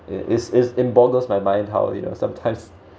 it's it's it boggles my mind how you know sometimes